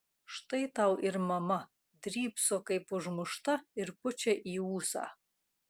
štai tau ir mama drybso kaip užmušta ir pučia į ūsą